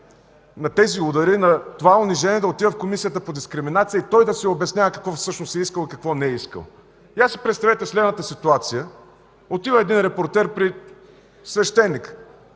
на тези удари, на това унижение да отиде в Комисията по дискриминация и да се обяснява какво всъщност е искал и какво не е искал. Представете си следната ситуация: отива един репортер при свещеника